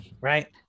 Right